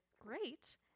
great